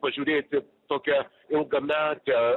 pažiūrėti tokią ilgametę